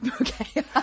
Okay